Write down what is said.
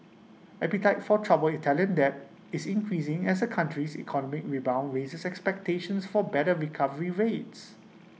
appetite for troubled Italian debt is increasing as the country's economic rebound raises expectations for better recovery rates